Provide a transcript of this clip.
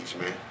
man